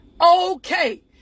okay